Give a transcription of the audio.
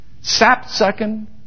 sap-sucking